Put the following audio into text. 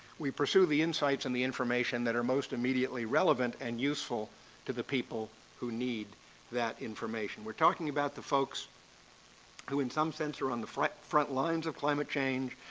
we pursue the insights and the information that are most immediately relevant and useful to the people who need that information. we're talking about the folks who, in some sense, are on the front front lines of climate change.